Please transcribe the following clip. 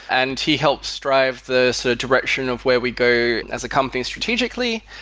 and he helps drive the direction of where we go as a company strategically,